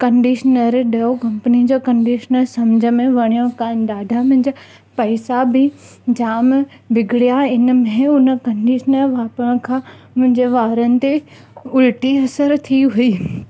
conditioner Dove company जो conditioner सम्झ में वणियो कान ॾाढा मुंहिंजा पैसा बि जामु बिगड़िया इन में उन कंडिशनर वापरण खां मुंहिंजा वारनि ते उल्टी असर थी वेइ